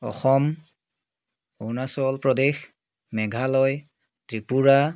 Assam Arunachal Pradesh Meghalaya Tripura